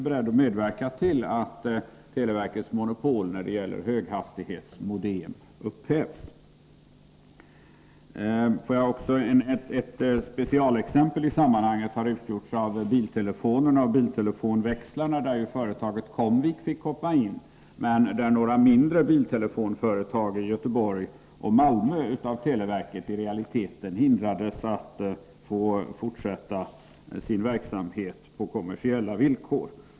Ett specialexempel i sammanhanget har utgjorts av biltelefonerna och biltelefonväxlarna. På det området fick företaget Comvik komma in, men några mindre biltelefonföretag i Göteborg och Malmö hindrades i realiteten av televerket från att få fortsätta sin verksamhet på kommersiella villkor.